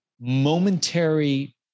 momentary